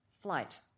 flight